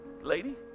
Lady